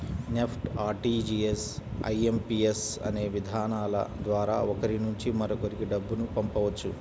NEFT, RTGS, IMPS అనే విధానాల ద్వారా ఒకరి నుంచి మరొకరికి డబ్బును పంపవచ్చు